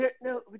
No